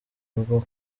bwo